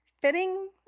fitting